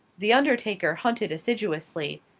the undertaker hunted assiduously,